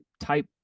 type